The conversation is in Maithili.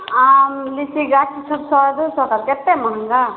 आम लीची गाछ ई सब सए दू सए कऽ एतेक महङ्गा